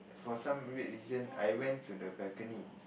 for some weird reason I went to the balcony